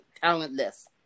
talentless